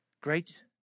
Great